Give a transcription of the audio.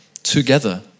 together